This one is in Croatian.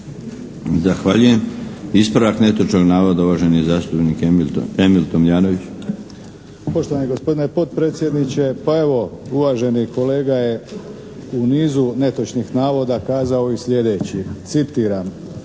Zahvaljujem. Ispravak netočnog navoda, uvaženi zastupnik Emil Tomljanović. **Tomljanović, Emil (HDZ)** Poštovani gospodine potpredsjedniče. Pa evo, uvaženi kolega je u nizu netočnih navoda kazao i sljedeći, citiram: